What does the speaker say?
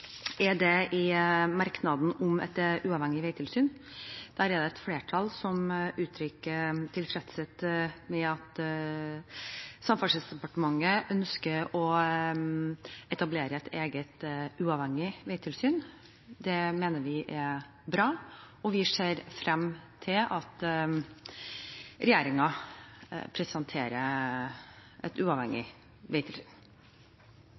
seg, er i merknaden om et uavhengig veitilsyn. Der er det et flertall som uttrykker tilfredshet med at Samferdselsdepartementet ønsker å etablere et eget, uavhengig veitilsyn. Det mener vi er bra, og vi ser frem til at regjeringen presenterer et uavhengig veitilsyn.